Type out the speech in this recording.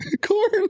corn